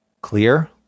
clear